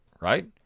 right